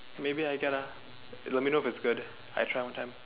maybe I get ah you let me know if it's good I try one time